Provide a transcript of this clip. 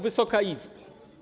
Wysoka Izbo!